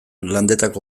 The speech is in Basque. landetako